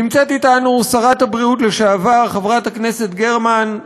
נמצאת אתנו שרת הבריאות לשעבר חברת הכנסת גרמן,